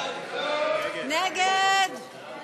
אנחנו